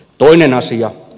toinen asia